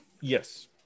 Yes